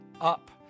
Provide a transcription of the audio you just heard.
up